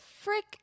frick